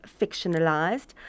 fictionalized